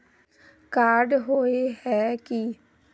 Card होय है की?